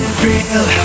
feel